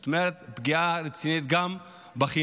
זאת אומרת, פגיעה רצינית גם בחינוך